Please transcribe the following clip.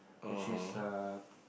which is uh